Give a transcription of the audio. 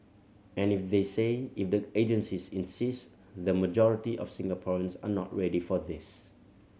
and if they say if the agencies insist the majority of Singaporeans are not ready for this